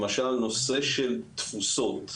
למשל, נושא של תפוסות,